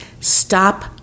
stop